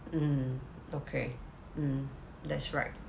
mm okay mm that's right